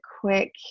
quick